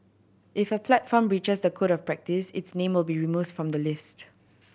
if a platform breaches the Code of Practice its name will be removes from the list